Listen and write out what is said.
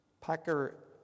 Packer